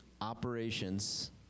operations